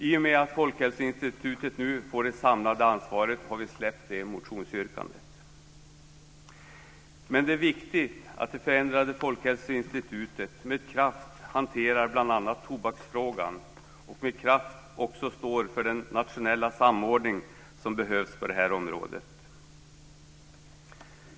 I och med att Folkhälsoinstitutet nu får det samlade ansvaret har vi släppt det motionsyrkandet. Men det är viktigt att det förändrade folkhälsoinstitutet med kraft hanterar bl.a. tobaksfrågan och med kraft också står för den nationella samordning som behövs på detta område.